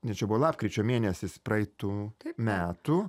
ne čia buvo lapkričio mėnesis praeitų metų